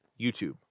YouTube